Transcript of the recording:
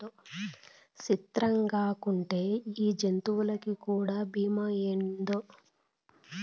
సిత్రంగాకుంటే ఈ జంతులకీ కూడా బీమా ఏందో